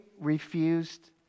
refused